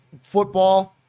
football